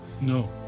No